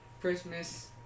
Christmas